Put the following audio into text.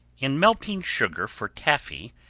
in melting sugar for taffy,